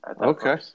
Okay